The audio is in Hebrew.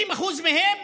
50% מהם